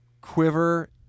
quiver